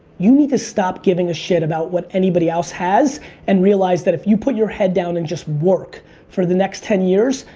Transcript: you need to stop giving a shit about what anybody else has and realize that if you put your head down and just work for the next ten years.